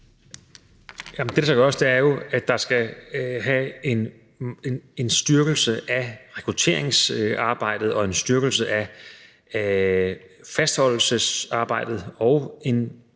det, der skal gøres, er jo, at der skal ske en styrkelse af rekrutteringsarbejdet og en styrkelse af fastholdelsesarbejdet, og der må man bare sige, at